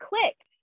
clicked